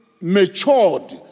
matured